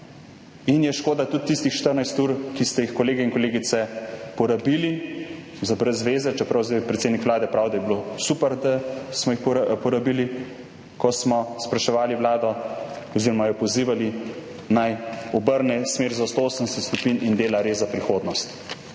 in je škoda tudi tistih 14 ur, ki ste jih kolegi in kolegice porabili za brez zveze, čeprav zdaj predsednik Vlade pravi, da je bilo super, da smo jih porabili, ko smo spraševali vlado oziroma jo pozivali, naj obrne smer za 180 stopinj in dela res za prihodnost.